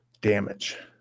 Damage